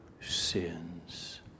sins